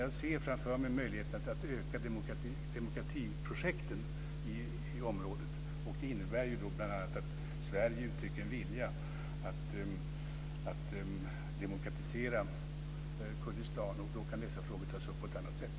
Jag ser dock framför mig möjligheten att öka demokratiprojekten i området. Det innebär bl.a. att Sverige uttrycker en vilja att demokratisera Kurdistan, och då kan dessa frågor tas upp på ett annat sätt.